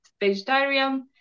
vegetarian